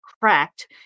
cracked